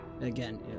again